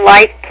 Life